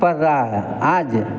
आगे बढ़ रहा है आज